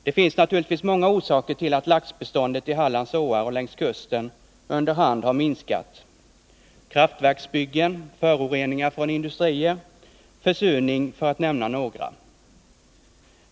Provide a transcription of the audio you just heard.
Det finns naturligtvis många orsaker till att laxbeståndet i Hallands åar och längs kusten under hand har minskat: kraftverksbyggen, föroreningar från industrier och försurning, för att nämna några.